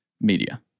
media